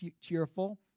cheerful